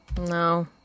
No